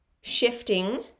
shifting